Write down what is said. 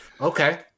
Okay